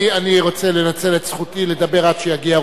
אני רוצה לנצל את זכותי לדבר עד שיגיע רותם